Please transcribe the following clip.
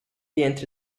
entre